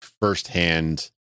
firsthand